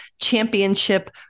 championship